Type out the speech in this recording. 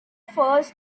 first